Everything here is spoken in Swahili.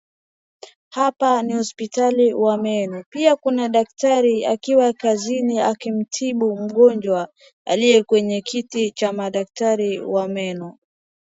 Hapa ni hospitali wa meno pia kuna daktari akiwa kazini akimtibu mgojwa aliye kwenye kiti cha madaktari wa meno.